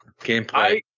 gameplay